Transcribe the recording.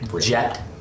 jet